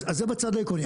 אז זה בצד העקרוני.